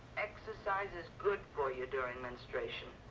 exercise is good for you during menstruation.